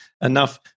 enough